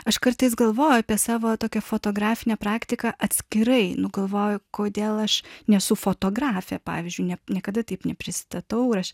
aš kartais galvoju apie savo tokią fotografinę praktiką atskirai nu galvoju kodėl aš nesu fotografė pavyzdžiui ne niekada taip nepristatau aš